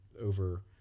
over